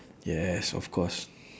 yes of course